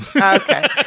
okay